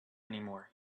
anymore